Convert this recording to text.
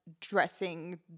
dressing